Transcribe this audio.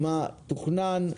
מה תוכנן,